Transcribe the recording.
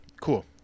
cool